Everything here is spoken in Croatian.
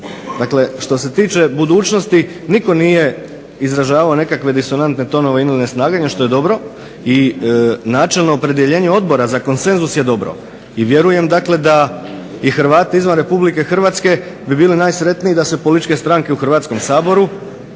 Dakle, što se tiče budućnosti nitko nije izražavao nekakve disonantne tonove ili neslaganje što je dobro. I načelno opredjeljenje odbora za konsenzus je dobro. I vjerujem da Hrvati izvan RH bi bili najsretniji da se političke stranke u Hrvatskom saboru